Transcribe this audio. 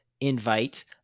invite